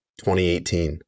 2018